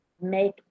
make